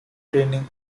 training